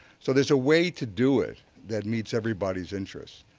so there's a way to do it that meets everybody's interests,